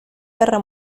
guerra